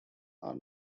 are